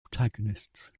protagonists